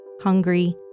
hungry